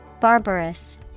Barbarous